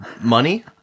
money